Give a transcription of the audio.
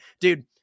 Dude